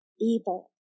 evil